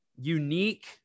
unique